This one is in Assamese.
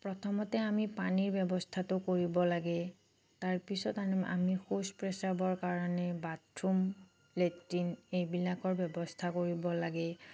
প্ৰথমতে আমি পানীৰ ব্যৱস্থাটো কৰিব লাগে তাৰ পিছত আমি আমি শৌচ পেচাবৰ কাৰণে বাথৰুম লেট্ৰিন এইবিলাকৰ ব্যৱস্থা কৰিব লাগে